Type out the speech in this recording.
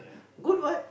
good what